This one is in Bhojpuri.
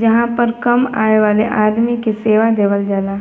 जहां पर कम आय वाले आदमी के सेवा देवल जाला